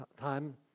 time